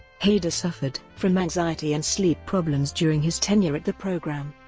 hader suffered from anxiety and sleep problems during his tenure at the program.